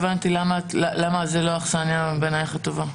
הבנתי למה זה לא אכסניה טובה בעינייך?